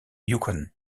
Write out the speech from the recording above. yukon